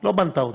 לא בנתה אותו.